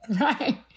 right